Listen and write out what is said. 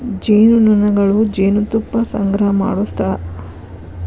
ಜೇನುನೊಣಗಳು ಜೇನುತುಪ್ಪಾ ಸಂಗ್ರಹಾ ಮಾಡು ಸ್ಥಳಾ